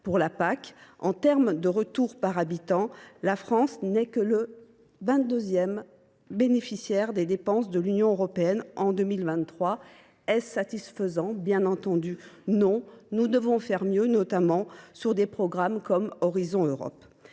pour la PAC. En termes de retour par habitant, la France n’est que le vingt deuxième bénéficiaire des dépenses de l’Union européenne en 2023. Est ce satisfaisant ? Non, bien évidemment. Nous devons faire mieux, notamment sur des programmes comme Horizon Europe.